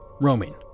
roaming